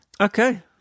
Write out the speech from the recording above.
Okay